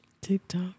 TikTok